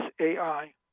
AI